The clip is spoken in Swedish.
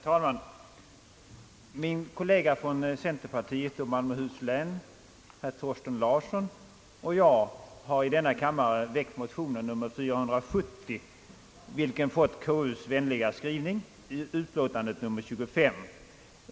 Herr talman! Min kollega från centerpartiet och Malmöhus län herr Thorsten Larsson och jag har i denna kammare väckt motionen nr 470, vilken fått konstitutionsutskottets vänliga skrivning i utlåtandet nr 25.